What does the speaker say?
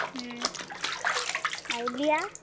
ହୁଁ ଆଉ ଲିଆ